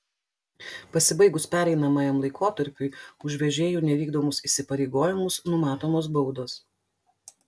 pasibaigus pereinamajam laikotarpiui už vežėjų nevykdomus įsipareigojimus numatomos baudos